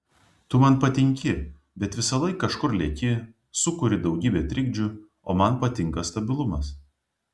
tu man patinki bet visąlaik kažkur leki sukuri daugybę trikdžių o man patinka stabilumas